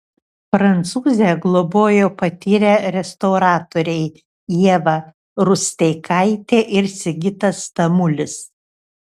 prancūzę globojo patyrę restauratoriai ieva rusteikaitė ir sigitas tamulis